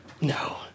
No